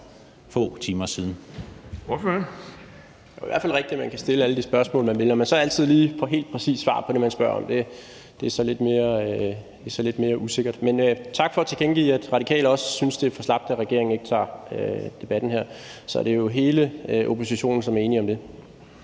få timer siden?